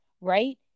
right